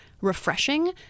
refreshing